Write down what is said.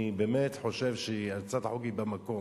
אני באמת חושב שהצעת החוק היא במקום.